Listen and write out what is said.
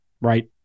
right